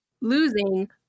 losing